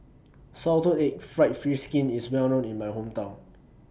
Salted Egg Fried Fish Skin IS Well known in My Hometown